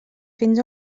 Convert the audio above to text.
fins